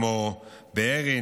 כמו בארי,